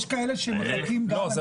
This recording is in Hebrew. יש